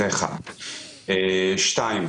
שנית,